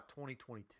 2022